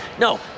no